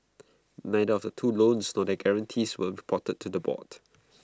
neither of the two loans nor their guarantees were reported to the board